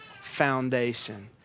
foundation